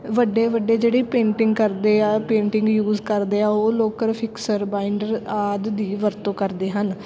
ਵੱਡੇ ਵੱਡੇ ਜਿਹੜੇ ਪੇਂਟਿੰਗ ਕਰਦੇ ਆ ਪੇਂਟਿੰਗ ਯੂਜ ਕਰਦੇ ਆ ਉਹ ਲੋਕਰ ਫਿਕਸਰ ਬਾਈਂਡਰ ਆਦਿ ਦੀ ਵਰਤੋਂ ਕਰਦੇ ਹਨ